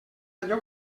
allò